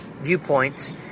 viewpoints